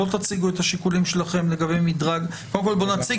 בואו תציגו את השיקולים שלכם לגבי מדרג הקנסות.